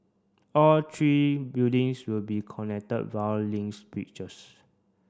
all three buildings will be connected via links bridges